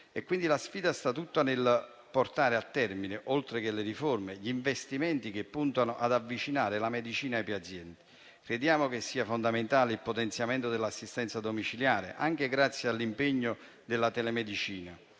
la sfida sta tutta nel portare a termine, oltre che le riforme, gli investimenti che puntano ad avvicinare la medicina ai pazienti. Crediamo che sia fondamentale il potenziamento dell'assistenza domiciliare anche grazie all'impegno della telemedicina.